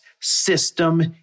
system